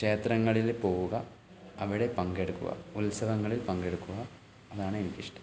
ക്ഷേത്രങ്ങളിൽ പോകുക അവിടെ പങ്കെടുക്കുക ഉത്സവങ്ങളിൽ പങ്കെടുക്കുക അതാണ് എനിക്കിഷ്ടം